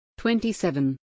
27